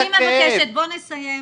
אני מבקשת, בוא נסיים.